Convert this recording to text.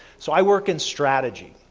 so i work in strategy,